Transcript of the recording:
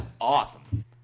awesome